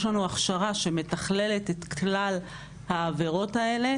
יש לנו הכשרה שמתכללת את כלל העבירות האלה,